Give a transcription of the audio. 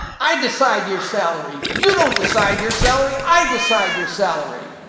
i decide your salary. you don't decide your salary, i decide your salary.